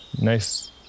nice